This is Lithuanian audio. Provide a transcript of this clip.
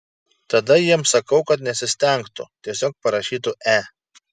tada jiems sakau kad nesistengtų tiesiog parašytų e